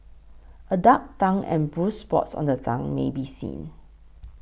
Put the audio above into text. a dark tongue and bruised spots on the tongue may be seen